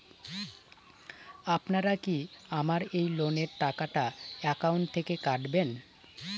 আপনারা কি আমার এই লোনের টাকাটা একাউন্ট থেকে কাটবেন?